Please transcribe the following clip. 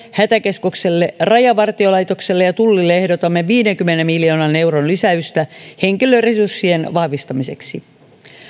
hätäkeskukselle rajavartiolaitokselle ja tullille ehdotamme viidenkymmenen miljoonan euron lisäystä henkilöresurssien vahvistamiseksi